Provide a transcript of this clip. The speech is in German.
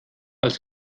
als